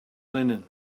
linen